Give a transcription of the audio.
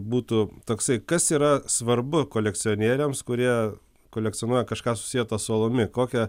būtų toksai kas yra svarbu kolekcionieriams kurie kolekcionuoja kažką susietą su alumi kokią